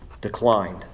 declined